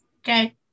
Okay